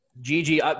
Gigi